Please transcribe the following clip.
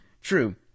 True